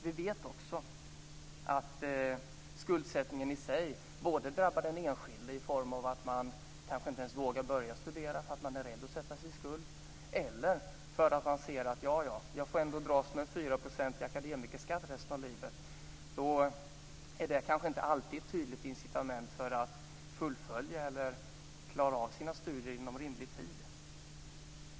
Vi vet också att skuldsättningen i sig drabbar den enskilde som kanske inte ens vågar börja studera därför att man är rädd för att sätta sig i skuld. Eller också säger man: Ja, ja, jag får ändå dras med en 4 procentig akademikerskatt resten av livet. Det är kanske inte alltid ett incitament för att fullfölja eller klara av sina studier inom rimlig tid.